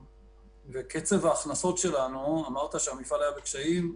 קצב ההכנסות שלנו אמרת שהמפעל היה בקשיים,